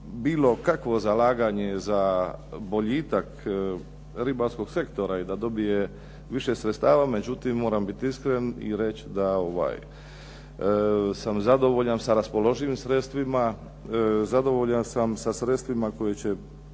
bilo kakvo zalaganje za boljitak ribarskog sektora, i da dobije više sredstava, međutim moram biti iskren i reći da sam zadovoljan sa raspoloživim sredstvima, zadovoljan sam sa sredstvima koji će